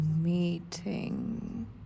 meeting